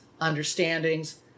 understandings